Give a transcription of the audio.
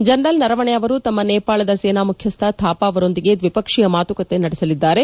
general Naravane ಅವರು ತಮ್ಮ ನೇಪಾಳದ ಸೇನಾ ಮುಖ್ಯಸ್ಥ ಸಹೋದ್ಯೋಗಿ ಥಾಪಾ ಅವರೊಂದಿಗೆ ದ್ವಿಪಕ್ಷೀಯ ಮಾತುಕತೆ ನಡೆಸಲಿದ್ದಾರೆ